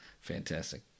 fantastic